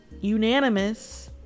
unanimous